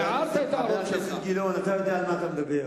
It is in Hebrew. חבר הכנסת גילאון, אתה יודע על מה אתה מדבר?